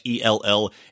ELL